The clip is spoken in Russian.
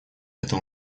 это